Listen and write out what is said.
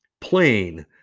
plain